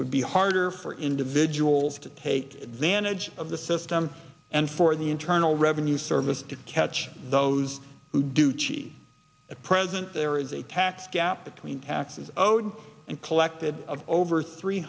would be harder for individuals to take advantage of the system and for the internal revenue service to catch those who do cheesy a present there is a tax gap between taxes owed and collected over three